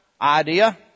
idea